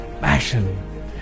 passion